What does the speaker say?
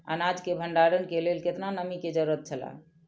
अनाज के भण्डार के लेल केतना नमि के जरूरत छला?